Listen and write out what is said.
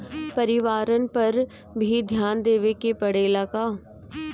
परिवारन पर भी ध्यान देवे के परेला का?